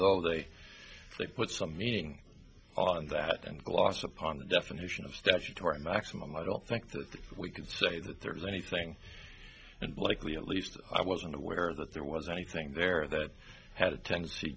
though they may put some meaning on that and gloss upon the definition of statutory maximum i don't think that we can say that there is anything and likely at least i wasn't aware that there was anything there that had a tendency